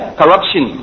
corruption